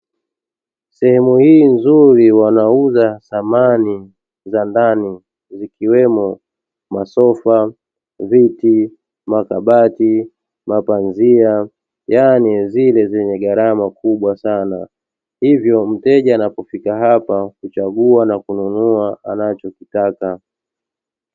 Sehemu hii nzuri wanauza samani za ndani zikiwemo masofa, viti, makabati, mapazia yaani vile vyenye gharama kubwa sana, hivyo mteja anapofika hapa huchagua na kununua anachokitaka.